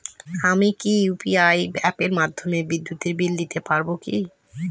আমি কি ইউ.পি.আই অ্যাপের মাধ্যমে বিদ্যুৎ বিল দিতে পারবো কি?